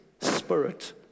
spirit